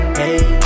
hey